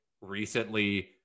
recently